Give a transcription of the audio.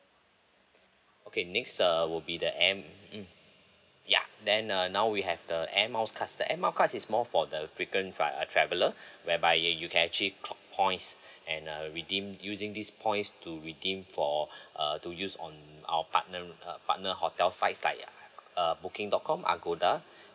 okay next uh would be the air~ mm ya then uh now we have the air miles card the air miles card is more for the frequent uh traveller whereby you can actually clock points and uh redeem using these points to redeem for err to use on our partner uh partner hotel sites like err booking dot com agoda